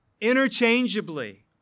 interchangeably